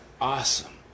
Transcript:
awesome